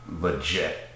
Legit